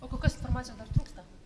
o kokios informacijos dar trūksta